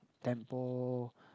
tempo